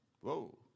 Whoa